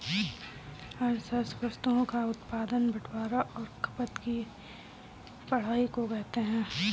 अर्थशास्त्र वस्तुओं का उत्पादन बटवारां और खपत की पढ़ाई को कहते हैं